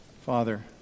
Father